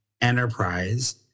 enterprise –